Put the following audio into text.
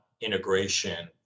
integration